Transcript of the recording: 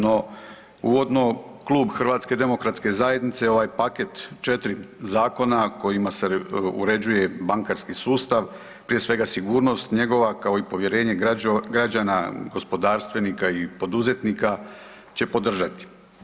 No uvodno, klub HDZ-a ovaj paket četiri zakona kojima se uređuje bankarski sustav, prije svega sigurnost njegova kao i povjerenje građana, gospodarstvenika i poduzetnika će podržati.